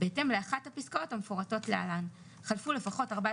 בהתאם לאחת הפסקאות המפורטות להלן: חלפו לפחות 14